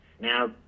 Now